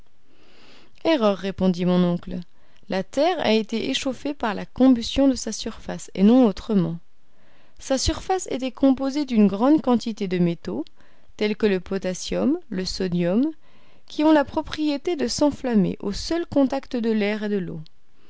erreur répondit mon oncle la terre a été échauffée par la combustion de sa surface et non autrement sa surface était composée d'une grande quantité de métaux tels que le potassium le sodium qui ont la propriété de s'enflammer au seul contact de l'air et de l'eau